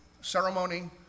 ceremony